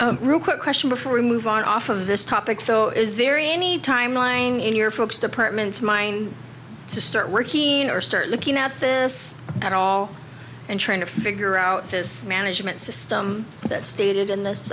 ok real quick question before we move on off of this topic though is there any timeline here folks departments mind to start working or start looking out at all and trying to figure out this management system that stated in this